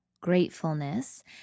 gratefulness